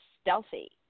stealthy